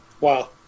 Wow